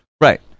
right